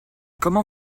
comment